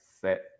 set